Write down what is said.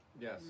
Yes